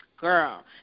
Girl